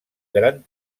gran